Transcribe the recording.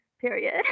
Period